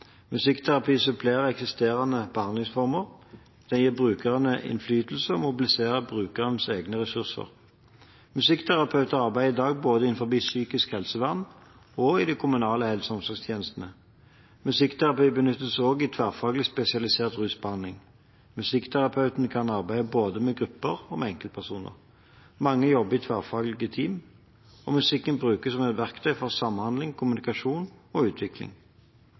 Musikkterapi supplerer eksisterende behandlingsformer, den gir brukeren innflytelse og mobiliserer brukerens egne ressurser. Musikkterapeuter arbeider i dag både innenfor psykisk helsevern og i de kommunale helse- og omsorgstjenestene. Musikkterapi benyttes også i tverrfaglig spesialisert rusbehandling. Musikkterapeuten kan arbeide både med grupper og med enkeltpersoner. Mange jobber i tverrfaglige team. Musikken brukes som et verktøy for samhandling, kommunikasjon og utvikling.